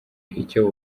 icyo